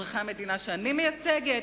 אזרחי המדינה שאני מייצגת?